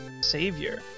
savior